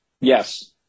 Yes